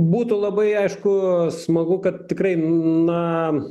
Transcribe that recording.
būtų labai aišku smagu kad tikrai na